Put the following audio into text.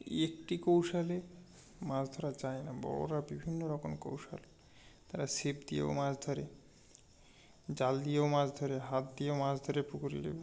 একটি কৌশলেে মাছ ধরা যায় না বড়রা বিভিন্ন রকম কৌশল তারা ছিপ দিয়েও মাছ ধরে জাল দিয়েও মাছ ধরে হাত দিয়েও মাছ ধরে পুকুর নেমে